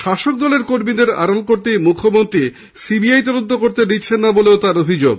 শাসকদলের কর্মীদের আড়াল করতেই মুখ্যমন্ত্রী সিবাআই তদন্ত করতে দিচ্ছে না বলে তার অভিযোগ